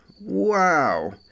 Wow